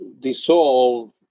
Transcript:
dissolve